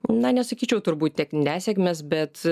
na nesakyčiau turbūt tiek nesėkmes bet